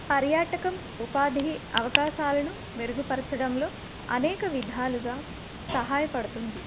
పర్యాటకం ఉపాధి అవకాశాలను మెరుగుపరచడంలో అనేక విధాలుగా సహాయపడుతుంది